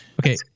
Okay